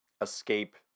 escape